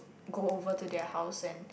go over to their house and